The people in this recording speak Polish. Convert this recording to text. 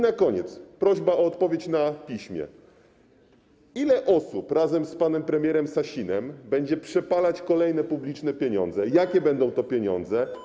Na koniec zapytam, i proszę o odpowiedź na piśmie, ile osób razem z panem premierem Sasinem będzie przepalać kolejne publiczne pieniądze i jakie to będą pieniądze.